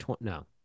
No